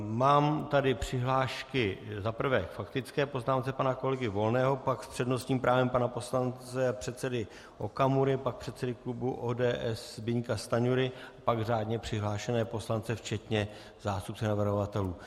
Mám tady přihlášky: za prvé k faktické poznámce pana kolegy Volného, pak s přednostním právem pana poslance a předsedy Okamury, pak předsedy klubu ODS Zbyňka Stanjury, pak řádně přihlášené poslance, včetně zástupce navrhovatelů.